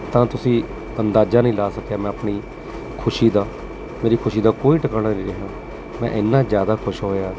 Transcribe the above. ਤਾਂ ਤੁਸੀਂ ਅੰਦਾਜ਼ਾ ਨਹੀਂ ਲਾ ਸਕਿਆ ਮੈਂ ਆਪਣੀ ਖੁਸ਼ੀ ਦਾ ਮੇਰੀ ਖੁਸ਼ੀ ਦਾ ਕੋਈ ਟਿਕਾਣਾ ਨਹੀਂ ਰਿਹਾ ਮੈਂ ਇੰਨਾਂ ਜ਼ਿਆਦਾ ਖੁਸ਼ ਹੋਇਆ